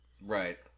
Right